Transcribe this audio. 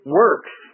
works